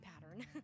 pattern